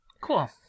Cool